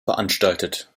veranstaltet